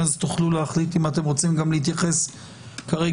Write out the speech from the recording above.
אז תוכלו להחליט אם אתם רוצים להתייחס כרגע